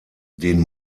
den